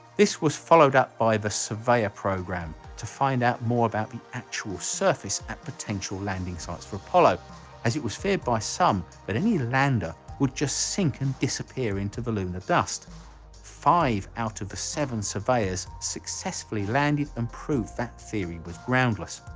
this was followed up by the surveyor program to find out more about the actual surface and potential landing sites for apollo as it was feared by some but any lander would just sink and disappear into the lunar dust five out of the seven surveyors successfully landed and proved that theory was groundless.